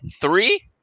three